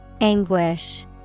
Anguish